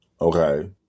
Okay